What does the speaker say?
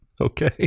Okay